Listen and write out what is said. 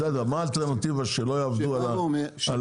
בסדר, מה האלטרנטיבה שלא יעבדו על הקונה?